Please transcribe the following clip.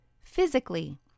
physically